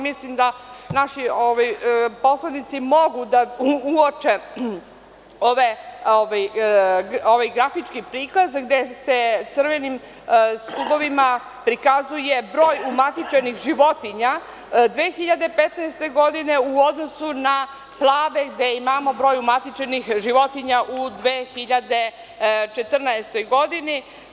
Mislim da naši poslanici mogu da uoče ovaj grafički prikaz, gde se crvenim stubovima prikazuje broj umatičenih životinja 2015. godine, u odnosu na plave, gde imamo broj umatičenih životinja u 2014. godini.